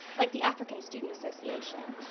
like the african student association.